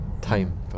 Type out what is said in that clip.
Time